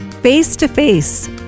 face-to-face